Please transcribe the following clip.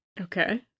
Okay